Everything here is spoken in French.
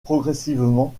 progressivement